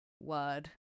word